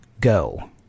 Go